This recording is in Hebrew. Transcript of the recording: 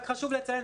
רק חשוב לציין,